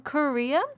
Korea